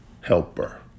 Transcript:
helper